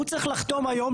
הוא צריך לחתום היום,